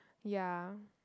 ya